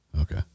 Okay